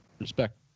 Respect